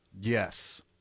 Yes